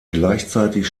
gleichzeitig